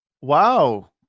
Wow